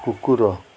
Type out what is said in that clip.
କୁକୁର